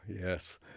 Yes